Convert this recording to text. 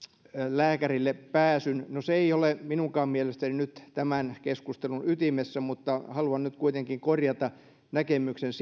lääkärille pääsyn no se ei ole minunkaan mielestäni nyt tämän keskustelun ytimessä mutta haluan nyt kuitenkin korjata hänen näkemyksensä